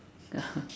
ya